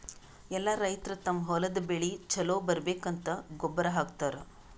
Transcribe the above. ಎಲ್ಲಾ ರೈತರ್ ತಮ್ಮ್ ಹೊಲದ್ ಬೆಳಿ ಛಲೋ ಬರ್ಬೇಕಂತ್ ಗೊಬ್ಬರ್ ಹಾಕತರ್